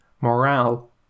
morale